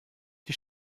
die